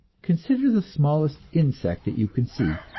consider the smallest insect that you can see,